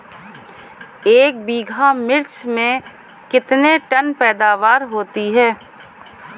एक बीघा मिर्च में कितने टन पैदावार होती है?